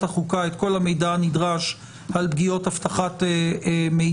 החוקה את כול המידע הנדרש על פגיעות אבטחת מידע.